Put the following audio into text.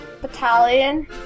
Battalion